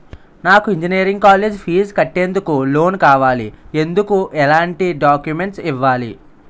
నాకు engineering college fee కట్టేందుకు loan కావాలి, ఎందుకు ఎలాంటి డాక్యుమెంట్స్ ఇవ్వాలి?